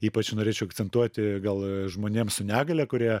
ypač norėčiau akcentuoti gal žmonėm su negalia kurie